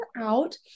out